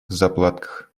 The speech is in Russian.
заплатках